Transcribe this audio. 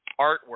artwork